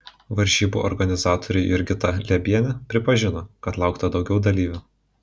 varžybų organizatorė jurgita liebienė pripažino kad laukta daugiau dalyvių